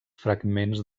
fragments